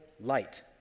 light